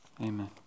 amen